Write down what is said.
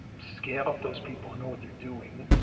scale up those people who know what they're doing.